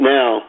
Now